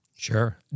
Sure